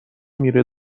میره